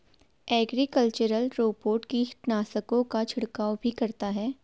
agricultural robot कीटनाशकों का छिड़काव भी करता है